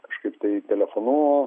kažkaip tai telefonu